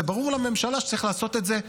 וברור לממשלה שצריך לעשות את זה שוב,